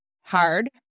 hard